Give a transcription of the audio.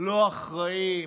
לא אחראיים,